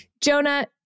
Jonah